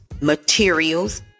materials